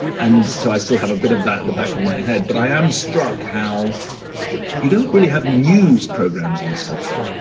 and so i still have a bit of that, the back of my head. but i am struck how you don't really have news programs in this country.